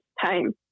time